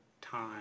time